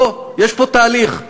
לא, יש פה תהליך.